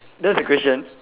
that was the question